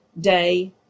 day